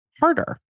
harder